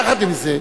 יחד עם זה,